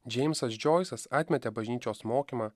džeimsas džoisas atmetė bažnyčios mokymą